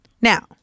now